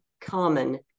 common